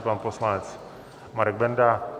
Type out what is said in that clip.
Pan poslanec Marek Benda.